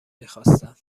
میخواستم